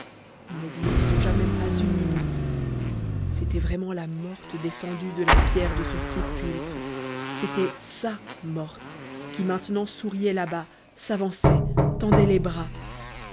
mais il n'y songea même pas une minute c'était vraiment la morte descendue de la pierre de son sépulcre c'était sa morte qui maintenant souriait là-bas s'avançait tendait les bras